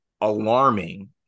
alarming